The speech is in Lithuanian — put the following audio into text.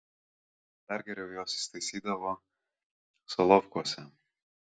dar geriau jos įsitaisydavo solovkuose